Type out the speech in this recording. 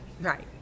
Right